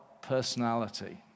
personality